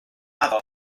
addo